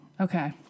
Okay